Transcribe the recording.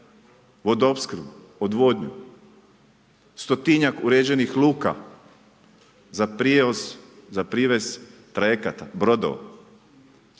vodoopskrbu, odvodnju, stotinjak uređenih luka za prijevoz, za privez trajekata, brodova